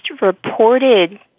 reported